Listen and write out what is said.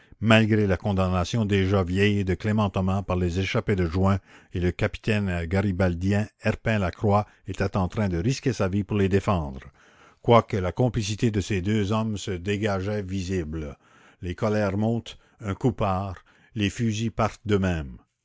malgré la condamnation déjà vieille de clément thomas par les échappés de juin et le capitaine garibaldien herpin lacroix était en train de risquer sa vie pour les défendre quoique la complicité de ces deux hommes se dégageât visible les colères montent un coup part les fusils partent d'eux-mêmes